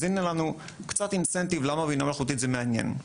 אז הינה לנו קצת אינסנטיב למה בינה מלאכותית זה מעניין.